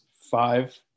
five